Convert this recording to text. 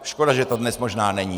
Škoda, že to dnes možná není.